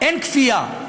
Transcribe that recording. אין כפייה.